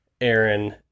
Aaron